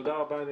תודה רבה לכולם.